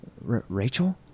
Rachel